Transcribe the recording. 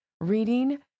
Reading